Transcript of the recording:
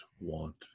want